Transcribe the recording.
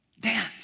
dance